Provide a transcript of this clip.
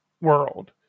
world